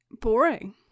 boring